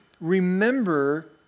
remember